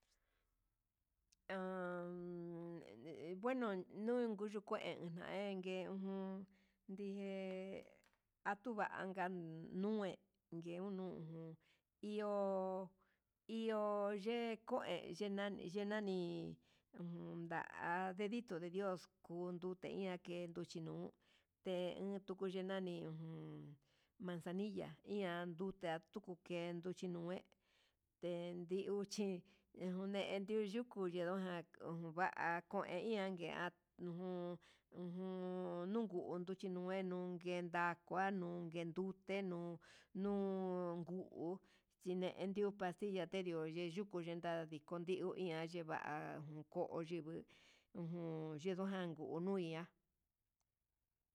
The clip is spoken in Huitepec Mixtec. An bueno nunku nuu kuu yenenngue, ujun ndijé atuvanka nué ngue unu jun, iho iho ye kue yenani ye nani ujun nda'a dedito de dios, kuu kudeia ke nruchinuu te uku ye nani uun manzanilla iha ndute atukendu nruchinué, te diuchí enedio yuku yenduján ho va'a kuin ian ngue nuu ujun nunku nruchinue nungue ndta nunke ndute nuu, nuu anguu chinendio pastilla ndio yen yuku ta ndiko hi ian yeva'a ujun ko'o yivii ujun yendun jan kuu nu ihá.